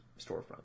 storefront